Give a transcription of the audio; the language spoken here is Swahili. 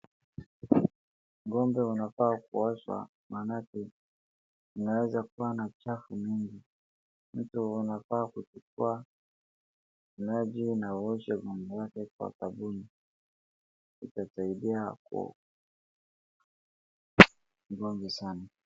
Ng`ombe wanafaa kuoshwa maanake wanaweza kuwa na uchafu mwingi mtu anafaa kuchukua maji na aoshe ng`ombe yake kwa sabuni , itasaidia ngombe sana.